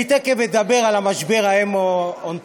אני תכף אדבר על המשבר ההמטו-אונקולוגי,